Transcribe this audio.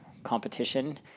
competition